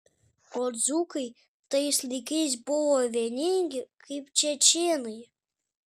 o dzūkai tais laikais buvo vieningi kaip čečėnai